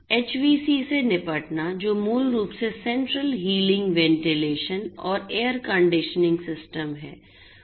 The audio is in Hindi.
एचवीएसी से निपटना जो मूल रूप से सेंट्रल हीटिंग वेंटिलेशन और एयर कंडीशनिंग सिस्टम हैं